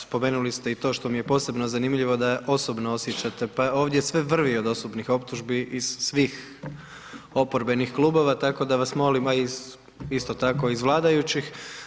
Spomenuli ste i to što mi je posebno zanimljivo, da osobno osjećate, pa ovdje sve vrvi iz osobnih optužbi, iz svih oporbenih klubova, tako da vas, molim, a i isto tako iz vladajućih.